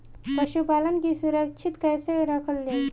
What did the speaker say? पशुपालन के सुरक्षित कैसे रखल जाई?